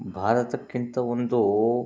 ಭಾರತಕ್ಕಿಂತ ಒಂದು